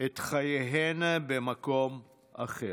את חייהן במקום אחר.